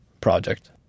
project